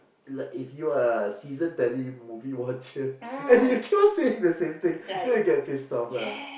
like you are a season tele movie watcher and you keep on saying the same thing then you get pissed off lah